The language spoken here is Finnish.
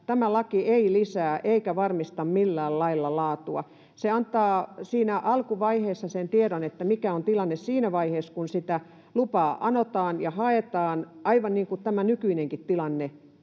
tämä laki ei lisää eikä varmista laatua millään lailla. Se antaa siinä alkuvaiheessa sen tiedon, mikä tilanne on siinä vaiheessa, kun sitä lupaa anotaan ja haetaan, aivan niin kuin tämä nykyinenkin tilanne